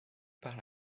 par